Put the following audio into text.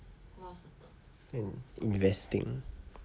what else is there cook~ cook~